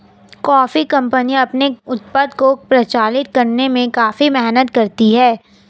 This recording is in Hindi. कॉफी कंपनियां अपने उत्पाद को प्रचारित करने में काफी मेहनत करती हैं